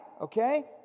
Okay